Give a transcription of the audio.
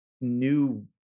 new